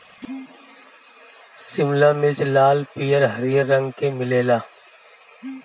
शिमला मिर्च लाल, हरिहर, पियर रंग के मिलेला